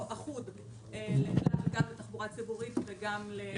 או אחוד גם לתחבורה ציבורית וגם לרכב כבד.